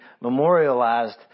memorialized